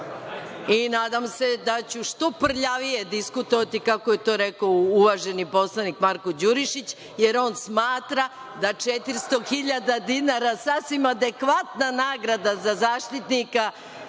Nadam se da ću što prljavije diskutovati, kako je to rekao uvaženi poslanik Marko Đurišić, jer on smatra da je 400.000 dinara sasvim adekvatna nagrada za Zaštitnika,